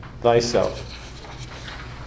thyself